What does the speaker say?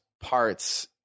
parts